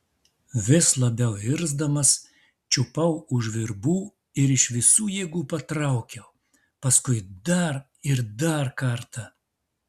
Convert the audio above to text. vis labiau irzdamas čiupau už virbų ir iš visų jėgų patraukiau paskui dar ir dar kartą